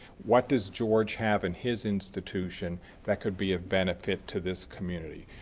what does george have in his institution that could be of benefit to this community?